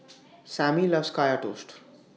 Sammy loves Kaya Toast